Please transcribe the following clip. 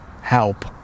help